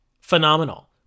phenomenal